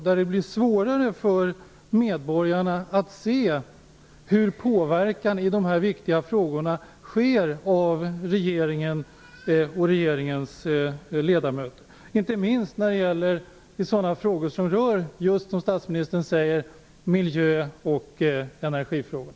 Där blir det svårare för medborgarna att se hur de viktiga frågorna påverkar regeringen och regeringens ledamöter. Detta gäller inte minst frågor som rör miljö och energifrågor.